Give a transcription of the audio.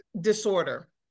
disorder